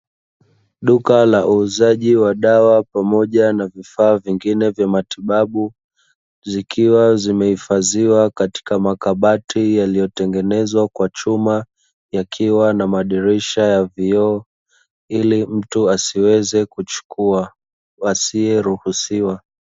Duka la uuzaji wa dawa pamoja na vifaa vingine vya matibabu, zikiwa zimehifadhiwa katika makabati yaliyotengenezwa kwa chuma, yakiwa na madirisha ya vioo ili mtu asiweze kuchukua; asiyeruhusiwa.